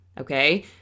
okay